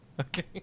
Okay